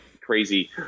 crazy